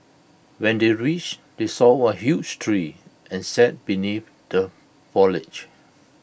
when they reached they saw A huge tree and sat beneath the foliage